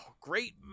great